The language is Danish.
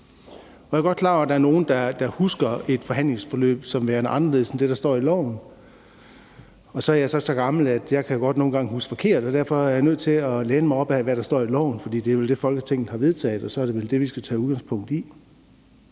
Jeg er godt klar over, at der er nogle, der husker et forhandlingsforløb som værende anderledes end det, der står i loven. Så er jeg så så gammel, at jeg nogle gange godt kan huske forkert. Derfor er jeg nødt til at læne mig op ad, hvad der står i loven, for det er det, Folketinget har vedtaget, og så er det vel det, vi skal tage udgangspunkt i.